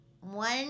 one